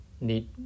need